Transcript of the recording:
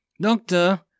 Doctor